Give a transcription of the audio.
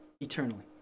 eternally